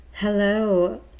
hello